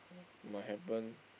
might happen